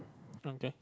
okay